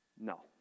No